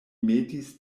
metis